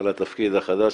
על התפקיד החדש,